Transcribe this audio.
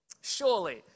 surely